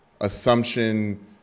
assumption